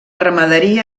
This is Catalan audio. ramaderia